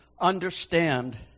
understand